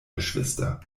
geschwister